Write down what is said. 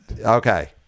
okay